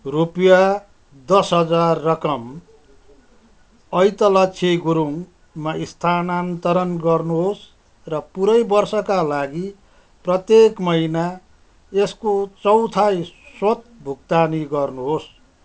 रुपियाँ दस हजार रकम ऐतलक्षी गुरुङमा स्थानान्तरण गर्नुहोस् र पूरै वर्षका लागि प्रत्येक महिना यसको चौथाई स्वतः भुक्तानी गर्नुहोस्